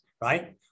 right